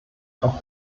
auch